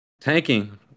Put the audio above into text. Tanking